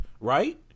right